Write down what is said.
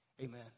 amen